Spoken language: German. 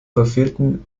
verfehlten